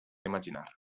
imaginar